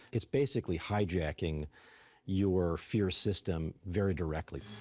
it's basically hijacking your fear system very directly.